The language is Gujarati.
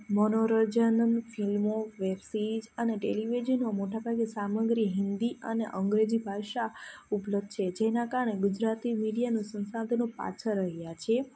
મનોરંજન ફિલ્મો અને વેબ સીરીઝ અને ટેલિવિઝનનો મોટાભાગે સામગ્રી હિન્દી અને અંગ્રેજી ભાષા ઉપલબ્ધ છે જેના કારણે ગુજરાતી મીડિયાનો સંસાધનો પાછળ રહ્યાં છે